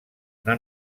una